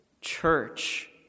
Church